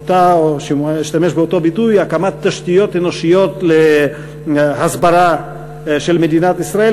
אשתמש באותו ביטוי הקמת תשתיות אנושיות להסברה של מדינת ישראל,